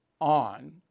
on